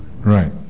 Right